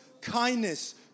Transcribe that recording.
kindness